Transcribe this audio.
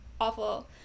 awful